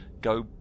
go